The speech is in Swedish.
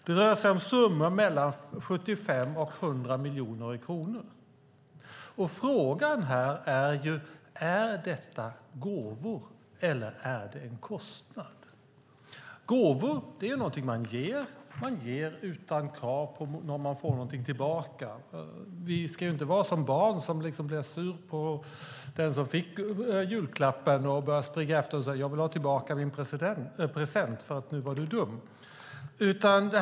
Det rör sig om summor mellan 75 och 100 miljoner kronor. Frågan är om detta är gåvor eller om det är en kostnad. Gåvor är något som man ger utan krav på att få någonting tillbaka. Vi ska ju inte vara som barn som blir sura på den som fick julklappen, börja springa efter och säga: Jag vill ha tillbaka min present, för nu var du dum.